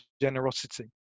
generosity